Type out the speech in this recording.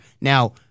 Now